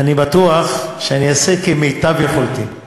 אני בטוח שאני אעשה כמיטב יכולתי,